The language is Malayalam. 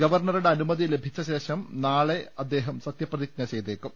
ഗവർണറുടെ അനു മതി ലഭിച്ചശേഷം നാളെ അദ്ദേഹം സത്യപ്രതിജ്ഞ ചെയ്തേക്കും